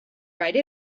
write